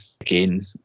again